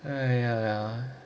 哎呀